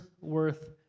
worth